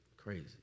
Crazy